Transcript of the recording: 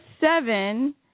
seven